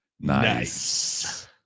Nice